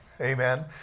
Amen